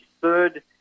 third